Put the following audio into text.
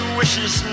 wishes